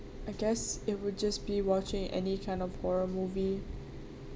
I guess it would just be watching any kind of horror movie